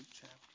chapter